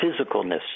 physicalness